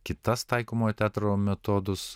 kitas taikomojo teatro metodus